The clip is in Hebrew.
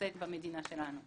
לשגשג במדינה שלנו.